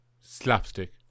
Slapstick